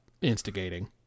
Instigating